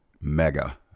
Mega